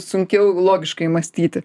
sunkiau logiškai mąstyti